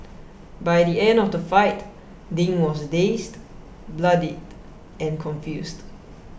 by the end of the fight Ding was dazed bloodied and confused